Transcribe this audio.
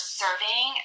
serving